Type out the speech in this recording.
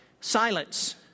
silence